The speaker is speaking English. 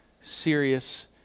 serious